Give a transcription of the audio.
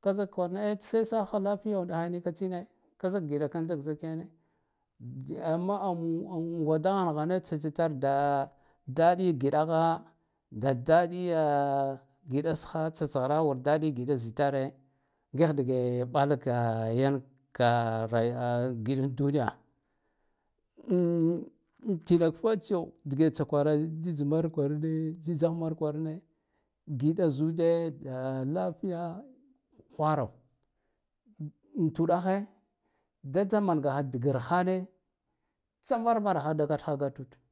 ka zik kwarane sakha lafiya nika tsine ka zik giɗakanda zik ndikene jama'ammu angwa dghan ghane tsatsitar da daɗi yiɗa zitare ngikh dige ɓalaka yank ya ngiɗa kuniya in tenak fatsiyo dge tsakwara tsitsmar kwarane tsitsakh kwarane ngiɗa zuda za lafiya kwaro tuɗahe da tsamangaha dige arhane tsa varvaraha da gatkha gatud.